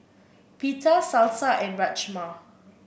Pita Salsa and Rajma